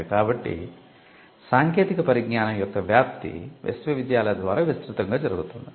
కాబట్టి సాంకేతిక పరిజ్ఞానం యొక్క వ్యాప్తి విశ్వవిద్యాలయాల ద్వారా విస్తృతoగా జరుగుతుంది